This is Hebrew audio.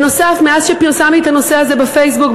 מאז שפרסמתי את הנושא הזה בפייסבוק,